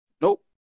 Nope